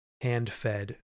hand-fed